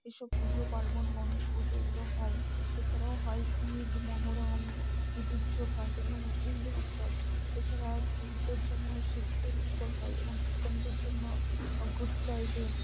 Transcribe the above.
এসব পুজো পার্বণ গণেশ পুজো এগুলো হয় এছাড়াও হয় ঈদ মহরম ঈদুজ্জোহা যেগুলো মুসলিমদের উৎসব এছাড়া শিখদের জন্য শিখদের উৎসব হয় এবং খ্রিস্টানদের জন্য গুড ফ্রাইডে